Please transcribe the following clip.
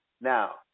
Now